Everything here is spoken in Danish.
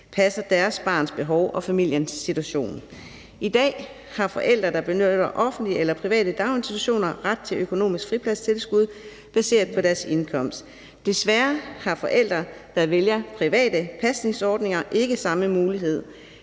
passer deres barns behov og familiens situation. I dag har forældre, der benytter offentlige eller private daginstitutioner, ret til økonomisk fripladstilskud baseret på deres indkomst. Desværre har forældre, der vælger private pasningsordninger, ikke samme mulighed.